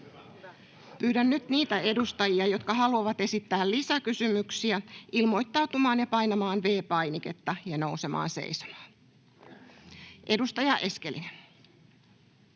Pyydän nyt niitä edustajia, jotka haluavat esittää lisäkysymyksiä, ilmoittautumaan ja painamaan V-painiketta ja nousemaan seisomaan. — Edustaja Eskelinen.